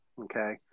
Okay